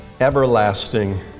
Everlasting